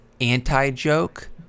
anti-joke